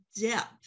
depth